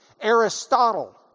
Aristotle